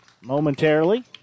momentarily